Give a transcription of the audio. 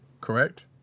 correct